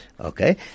Okay